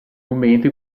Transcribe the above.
momento